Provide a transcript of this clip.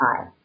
high